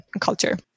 culture